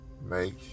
Make